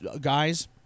guys